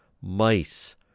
mice